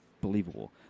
believable